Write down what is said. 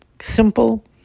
simple